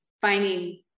finding